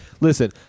Listen